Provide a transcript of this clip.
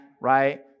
right